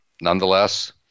nonetheless